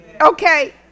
Okay